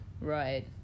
Right